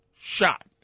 shot